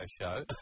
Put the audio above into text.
show